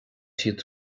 siad